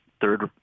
third